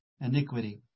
iniquity